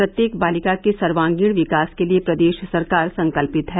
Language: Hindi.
प्रत्येक बालिका के सर्वागीण विकास के लिये प्रदेश सरकार संकल्पित है